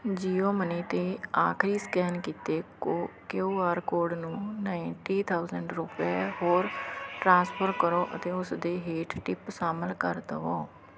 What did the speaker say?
ਜੀਓਮਨੀ 'ਤੇ ਆਖਰੀ ਸਕੈਨ ਕਿਤੇ ਕੋ ਕੇਅਊ ਆਰ ਕੋਡ ਨੂੰ ਨਾਈਟੀ ਥਾਉਸੰਡ ਰੁਪਏ ਹੋਰ ਟ੍ਰਾਂਸਫਰ ਕਰੋ ਅਤੇ ਉਸ ਦੇ ਹੇਠ ਟਿਪ ਸ਼ਾਮਿਲ ਕਰ ਦਵੋ